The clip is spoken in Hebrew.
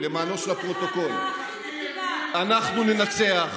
למען הפרוטוקול: אנחנו ננצח.